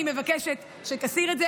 אני מבקשת שתסיר את זה,